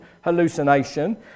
hallucination